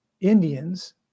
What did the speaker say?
Indians